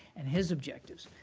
and his objectives.